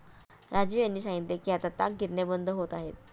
राजीव यांनी सांगितले की आता ताग गिरण्या बंद होत आहेत